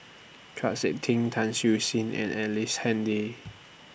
Chau Sik Ting Tan Siew Sin and Ellice Handy